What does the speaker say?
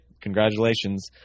Congratulations